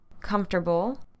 comfortable